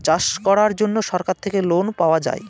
চাষ করার জন্য সরকার থেকে লোন পাওয়া যায়